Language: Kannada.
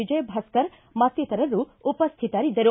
ವಿಜಯ ಭಾಸ್ಕರ್ ಮತ್ತಿತರರು ಉಪಸ್ವಿತರಿದ್ದರು